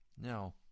Now